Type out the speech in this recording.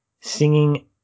singing